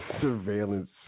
surveillance